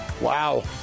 Wow